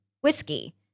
whiskey